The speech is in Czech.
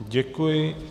Děkuji.